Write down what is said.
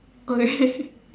okay